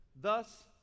Thus